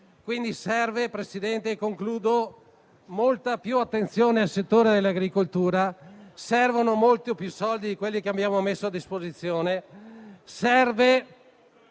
signor Presidente, serve molta più attenzione al settore dell'agricoltura, servono molti più soldi di quelli che abbiamo messo a disposizione;